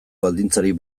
baldintzarik